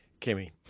Kimmy